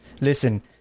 listen